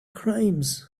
crimes